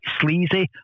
sleazy